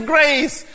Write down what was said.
Grace